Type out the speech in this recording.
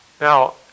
Now